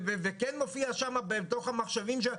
וכן מופיע שמה בתוך המחשבים שלהם?